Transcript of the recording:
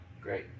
Great